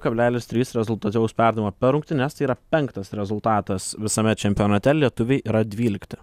kablelis trys rezultatyvaus perdavimo per rungtynes tai yra penktas rezultatas visame čempionate lietuviai yra dvylikti